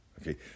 okay